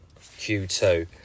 Q2